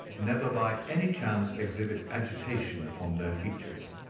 never by any chance exhibit agitation upon their features.